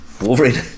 Wolverine